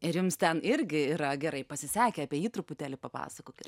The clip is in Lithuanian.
ir jums ten irgi yra gerai pasisekę apie jį truputėlį papasakokit